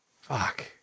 fuck